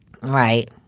Right